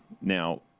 Now